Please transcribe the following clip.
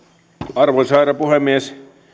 arvoisa herra puhemies